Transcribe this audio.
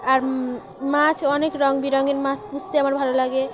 আর মাছ অনেক রঙবেরঙের মাছ পুষতে আমার ভালো লাগে